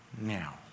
now